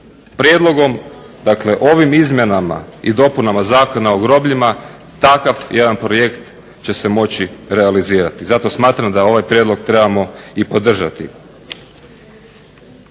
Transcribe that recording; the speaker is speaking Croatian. Prijedlogom, dakle ovim izmjenama i dopunama Zakona o grobljima takav jedan projekt će se moći realizirati. I zato smatram da ovaj prijedlog trebamo i podržati.